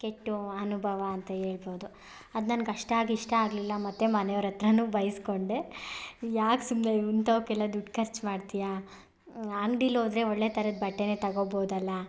ಕೆಟ್ಟ ಅನುಭವ ಅಂತ ಹೇಳ್ಬೋದು ಅದು ನಂಗೆ ಅಷ್ಟಾಗಿ ಇಷ್ಟ ಆಗಲಿಲ್ಲ ಮತ್ತೆ ಮನೆಯವರತ್ತಿರನು ಬೈಸಿಕೊಂಡೆ ಯಾಕೆ ಸುಮ್ಮನೆ ಇಂತವಕ್ಕೆಲ್ಲ ದುಡ್ಡು ಖರ್ಚು ಮಾಡ್ತಿಯ ಅಂಗ್ಡಿಲಿ ಹೋದ್ರೆ ಒಳ್ಳೆ ಥರದ್ದು ಬಟ್ಟೆನೆ ತಗೊಬೋದಲ್ಲ